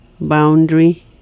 Boundary